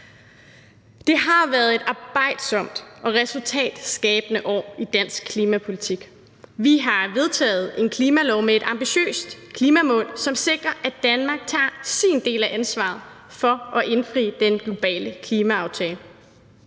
Det har været et arbejdsomt og resultatskabende år i dansk klimapolitik. Vi har vedtaget en klimalov med et ambitiøst klimamål, som sikrer, at Danmark tager sin del af ansvaret for at indfri den globale klimaaftale.